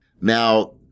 Now